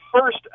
first